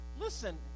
Listen